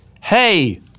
hey